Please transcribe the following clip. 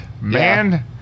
man